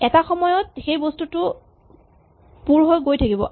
এটা সময়ত এই বস্তুটো পূৰ হৈ গৈ থাকিব